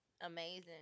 Amazing